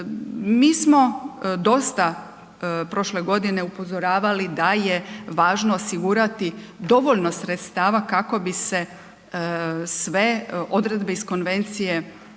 Mi smo dosta prošle godine upozoravali da je važno osigurati dovoljno sredstava kako bi se sve odredbe iz konvencije